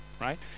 Right